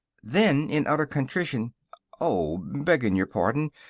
then in utter contrition oh, beggin' your pardon!